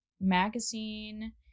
magazine